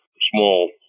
small